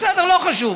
בסדר, לא חשוב.